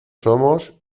somos